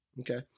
Okay